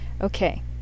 okay